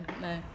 no